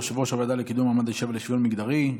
יושב-ראש הוועדה לקידום מעמד האישה ולשוויון מגדרי.